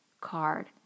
card